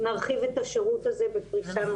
נרחיב את השירות הזה בפריסה נוספת.